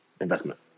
investment